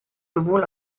sowohl